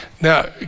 Now